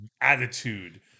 attitude